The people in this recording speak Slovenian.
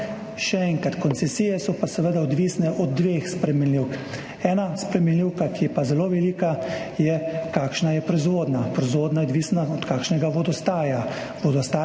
koncesije so pa seveda odvisne od dveh spremenljivk. Ena spremenljivka, ki je pa zelo velika, je, kakšna je proizvodnja, proizvodnja je odvisna od vodostaja,